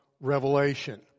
Revelation